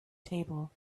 table